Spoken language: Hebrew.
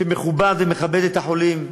שמכובד ומכבד את החולים.